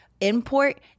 import